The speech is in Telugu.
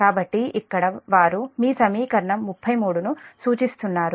కాబట్టి ఇక్కడ వారు మీ సమీకరణం 33 ను సూచిస్తున్నారు